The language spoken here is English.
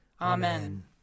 Amen